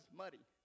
muddy